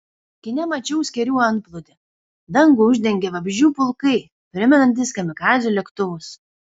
kine mačiau skėrių antplūdį dangų uždengė vabzdžių pulkai primenantys kamikadzių lėktuvus